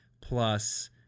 plus